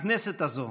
הכנסת הזאת